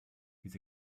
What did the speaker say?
his